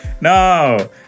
No